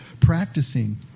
practicing